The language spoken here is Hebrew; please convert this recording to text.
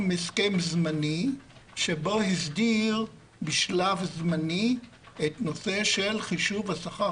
הסכם זמני שבו הסדיר בשלב זמני את נושא חישוב השכר